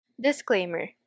Disclaimer